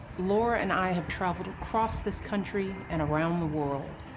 laura and i have traveled across this country and around the world.